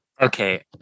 Okay